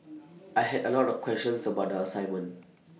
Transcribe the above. I had A lot of questions about the assignment